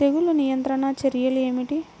తెగులు నియంత్రణ చర్యలు ఏమిటి?